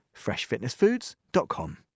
freshfitnessfoods.com